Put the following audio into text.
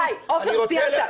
די, עופר, סיימת.